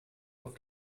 auf